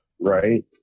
Right